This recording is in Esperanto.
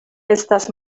estas